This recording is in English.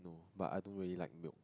but I don't really like milk